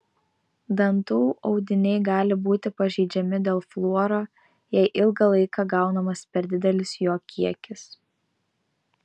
dantų audiniai gali būti pažeidžiami dėl fluoro jei ilgą laiką gaunamas per didelis jo kiekis